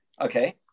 Okay